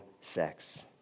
sex